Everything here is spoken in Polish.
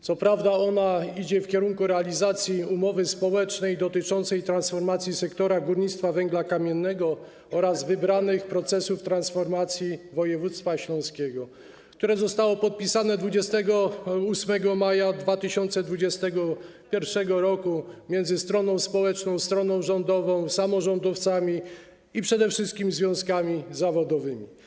Co prawda ona idzie w kierunku realizacji umowy społecznej dotyczącej transformacji sektora górnictwa węgla kamiennego oraz wybranych procesów transformacji województwa śląskiego, która została podpisana 28 maja 2021 r. między stroną społeczną, stroną rządową, samorządowcami i przede wszystkim związkami zawodowymi.